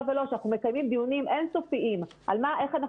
לא ולא כשאנחנו מקיימים דיונים אין סופיים איך אנחנו